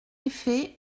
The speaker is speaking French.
effet